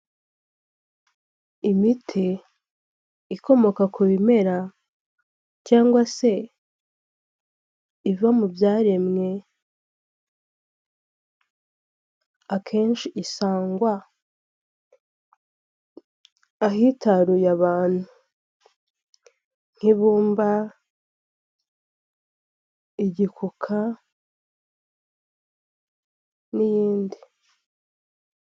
Imiti ikomoka ku bimera, cyangwa se iva mu byaremwe, akenshi isangwa ahitaruye abantu nk'ibumba igikuka n'iyindi.